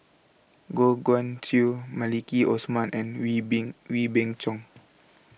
Goh Guan Siew Maliki Osman and Wee Beng Wee Beng Chong